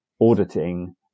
auditing